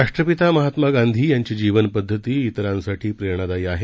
राष्ट्रपिता महात्मा गांधी यांची जीवनपद्धती ही इतरांसाठी प्रेरणादायी आहे